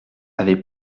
avait